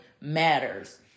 matters